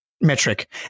metric